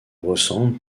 ressemblent